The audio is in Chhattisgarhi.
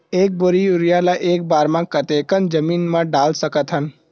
एक बोरी यूरिया ल एक बार म कते कन जमीन म डाल सकत हन?